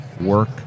work